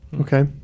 okay